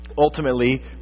ultimately